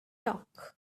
talk